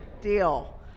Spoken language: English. deal